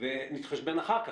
ונתחשבן אחר כך,